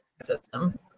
system